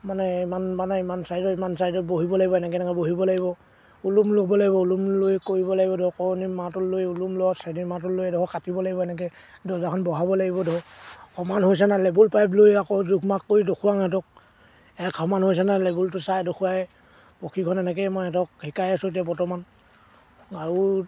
মানে ইমান মানে ইমান চাইজৰ ইমান চাইজত বহিব লাগিব এনেকৈ এনেকৈ বহিব লাগিব ওলোম ল'ব লাগিব ওলোম লৈ কৰিব লাগিব ধৰক কৰণী মাটোল লৈ ওলোম ল মাটোল লৈ এইডোখৰ কাটিব লাগিব এনেকৈ দৰ্জাখন বহাব লাগিব ধৰক সমান হৈছেনে লেবুল পাইপ লৈ আকৌ জোখ মাখ কৰি দেখুৱাওঁ সিহঁতক এক সমান হৈছে নাই লেবুলটো চাই দেখুৱাই প্ৰশিক্ষণ এনেকেই মই সিহঁতক শিকাইছোঁ এতিয়া বৰ্তমান আৰু